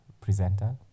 Presenter